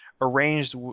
arranged